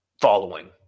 following